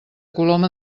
coloma